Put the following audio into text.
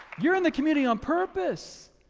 you're in the community on purpose.